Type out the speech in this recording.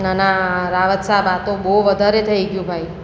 ના ના રાવત સાબ આ તો બહુ વધારે થઈ ગયું ભાઈ